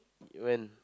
when